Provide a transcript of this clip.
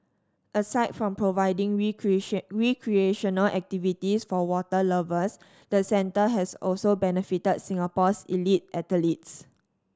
aside from providing recreational activities for water lovers the centre has also benefited Singapore's elite athletes